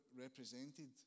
represented